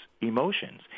emotions